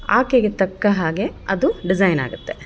ಆಕೆಗೆ ತಕ್ಕ ಹಾಗೆ ಅದು ಡಿಸೈನ್ ಆಗುತ್ತೆ